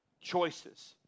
choices